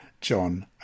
John